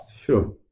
Sure